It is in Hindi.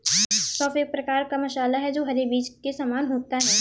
सौंफ एक प्रकार का मसाला है जो हरे बीज के समान होता है